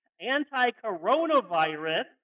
anti-coronavirus